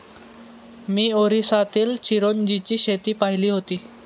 मी ओरिसातील चिरोंजीची शेती पाहिली होती